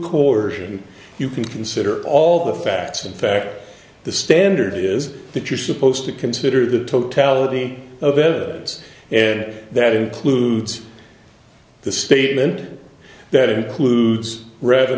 when you consider all the facts in fact the standard is that you're supposed to consider the totality of evidence and that includes the statement that includes r